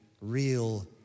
real